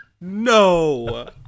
No